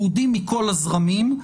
יהודים מכל הזרמים,